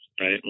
right